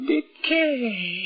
Decay